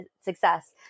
Success